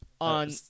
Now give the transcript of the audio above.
on